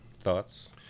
thoughts